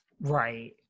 Right